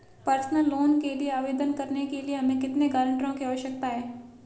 Personal loan के लिए आवेदन करने के लिए हमें कितने गारंटरों की आवश्यकता है?